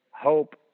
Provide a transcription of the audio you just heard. hope